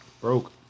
Broke